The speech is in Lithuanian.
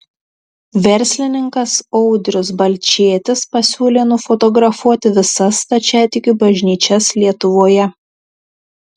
verslininkas audrius balčėtis pasiūlė nufotografuoti visas stačiatikių bažnyčias lietuvoje